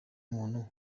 muntu